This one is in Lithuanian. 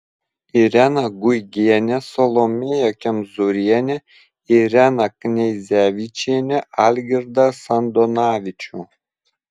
ireną guigienę salomėją kemzūrienę ireną kneizevičienę algirdą sandonavičių